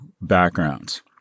backgrounds